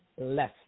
less